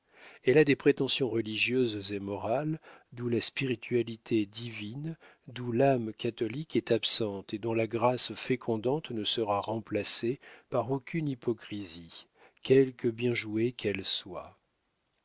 elle a des prétentions religieuses et morales d'où la spiritualité divine d'où l'âme catholique est absente et dont la grâce fécondante ne sera remplacée par aucune hypocrisie quelque bien jouée qu'elle soit